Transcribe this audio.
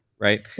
right